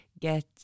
get